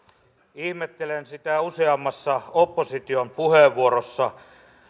ihmettelen sitä useammassa opposition puheenvuorossa